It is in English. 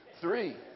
Three